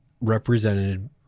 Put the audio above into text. represented